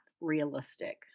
realistic